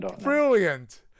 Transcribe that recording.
brilliant